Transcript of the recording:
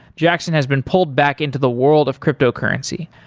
jackson has been pulled back into the world of cryptocurrency.